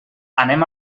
anem